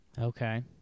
Okay